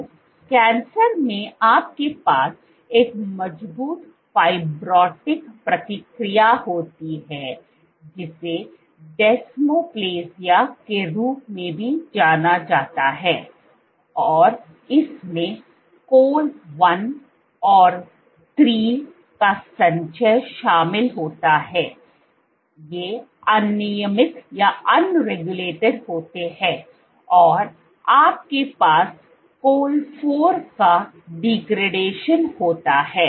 तो कैंसर में आपके पास एक मजबूत फाइब्रोटिक प्रतिक्रिया होती है जिसे डेस्मोप्लासिया के रूप में भी जाना जाता है और इसमें col 1 और 3 का संचय शामिल होता है ये अनियमित होते हैं और आपके पास col 4 का डीग्रडेशनहोता होता है